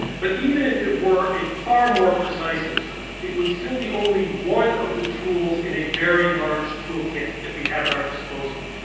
but even if it were a far more precise instrument, it would still be only one of the tools in a very large toolkit that we have at our disposal,